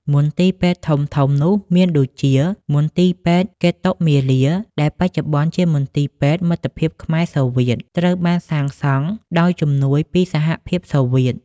មន្ទីរពេទ្យធំៗនោះមានដូចជា មន្ទីរពេទ្យព្រះកេតុមាលាដែលបច្ចុប្បន្នជាមន្ទីរពេទ្យមិត្តភាពខ្មែរ សូវៀត ត្រូវបានសាងសង់ដោយជំនួយពីសហភាពសូវៀត។